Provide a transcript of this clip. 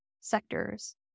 sectors